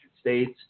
state's